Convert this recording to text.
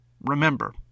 Remember